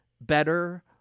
better